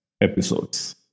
episodes